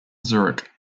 zurich